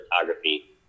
Photography